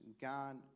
God